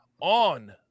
on